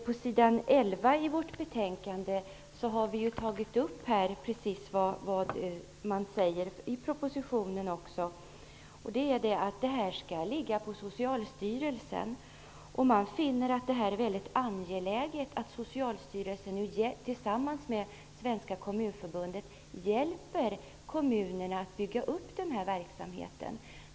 På s. 11 i vårt betänkande har vi tagit upp det som också sägs i propositionen, nämligen att detta skall ligga på Socialstyrelsen. Man finner att det är väldigt angeläget att Socialstyrelsen, tillsammans med Svenska kommunförbundet, nu hjälper kommunerna att bygga upp den här verksamheten.